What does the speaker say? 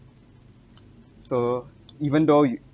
so even though you